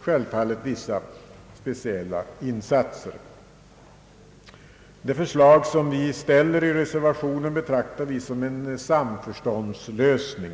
självfallet också vissa speciella insatser. Det förslag som vi framför i reservationen betraktar vi som en samförståndslösning.